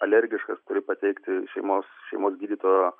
alergiškas turi pateikti šeimos šeimos gydytojo